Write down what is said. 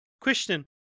Question